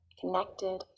connected